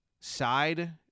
Side